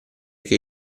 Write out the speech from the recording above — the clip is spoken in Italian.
che